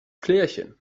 klärchen